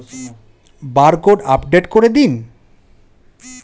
Barcode update করে দিন?